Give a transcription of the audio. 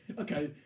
Okay